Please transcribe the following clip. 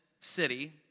city